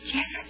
Yes